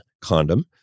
condom